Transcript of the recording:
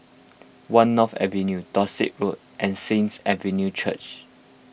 one North Avenue Dorset Road and Saints Avenue Church